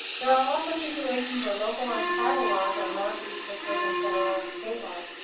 there are also situations where local or tribal laws are more restrictive than federal and state laws.